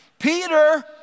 Peter